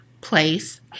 place